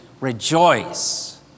rejoice